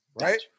Right